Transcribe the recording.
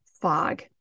fog